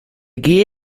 gehe